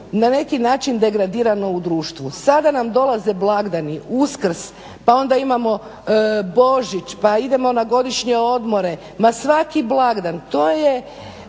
na neki način degradirano u društvu. Sada nam dolaze blagdani, Uskrs, pa onda imamo Božić, pa idemo na godišnje odmore, ma svaki blagdan to je